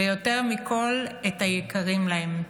ויותר מכול, את היקרים להם.